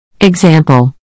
Example